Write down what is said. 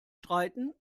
streiten